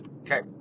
okay